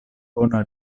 bona